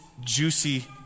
juicy